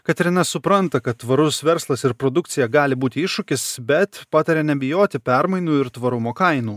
koterina supranta kad tvarus verslas ir produkcija gali būti iššūkis bet pataria nebijoti permainų ir tvarumo kainų